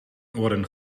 worden